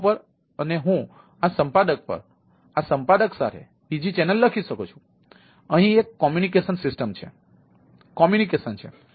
વસ્તુઓ પર અને હું આ સંપાદક પર આ સંપાદક સાથે બીજી ચેનલ લખી શકું છું અહીં એક સંદેશાવ્યવહાર છે